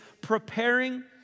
preparing